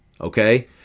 okay